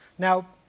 now,